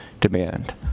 demand